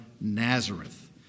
Nazareth